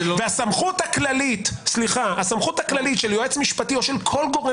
והסמכות הכללית של יועץ משפטי או של כל גורם